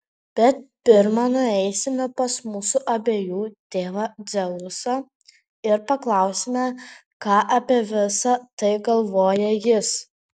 bet pirma nueisime pas mūsų abiejų tėvą dzeusą ir paklausime ką apie visa tai galvoja jis